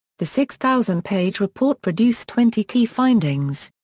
the six thousand page report produced twenty key findings.